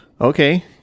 Okay